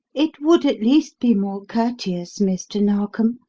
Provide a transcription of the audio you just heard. it would at least be more courteous, mr. narkom,